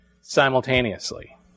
simultaneously